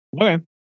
Okay